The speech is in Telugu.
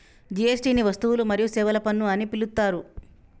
జీ.ఎస్.టి ని వస్తువులు మరియు సేవల పన్ను అని పిలుత్తారు